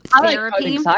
therapy